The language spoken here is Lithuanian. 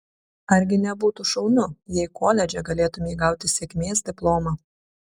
argi nebūtų šaunu jei koledže galėtumei gauti sėkmės diplomą